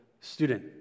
student